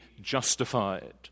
justified